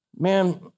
Man